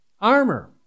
Armor